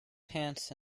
pants